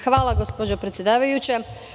Hvala gospođo predsedavajuća.